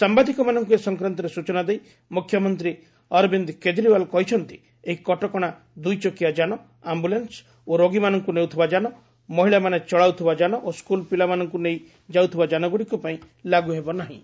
ସାମ୍ଭାଦିକମାନଙ୍କୁ ଏ ସଂକ୍ରାନ୍ତରେ ସୂଚନା ଦେଇ ମୁଖ୍ୟମନ୍ତ୍ରୀ ଅରବିନ୍ଦ କେଜରିୱାଲ୍ କହିଛନ୍ତି ଏହି କଟକଣା ଦୁଇ ଚକିଆ ଯାନ ଆମ୍ଭୁଲାନ୍ୱ ଓ ରୋଗୀମାନଙ୍କୁ ନେଉଥିବା ଯାନ ମହିଳାମାନେ ଚଳାଉଥିବା ଯାନ ଓ ସ୍କୁଲ ପିଲାମାନଙ୍କୁ ନେଇ ଯାଉଥିବା ଯାନଗୁଡ଼ିକ ପାଇଁ ଲାଗୁ ହେବ ନାହିଁ